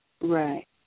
Right